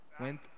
went